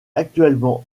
actuellement